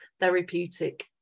therapeutic